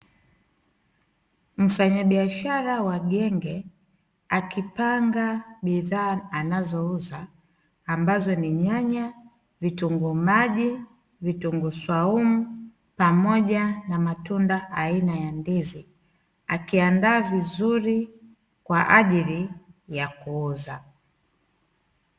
Mfanyabiashara wa genge akipanga bidhaa anazouza ambazo ni: nyanya, vitunguu maji, vitunguu swaumu, pamoja na matunda aina ya ndizi; akiandaa vizuri kwa ajili ya kuuza.